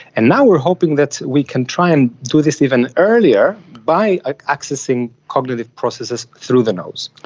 and now we are hoping that we can try and do this even earlier by ah accessing cognitive processes through the nose.